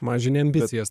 mažini ambicijas